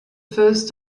first